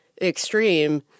extreme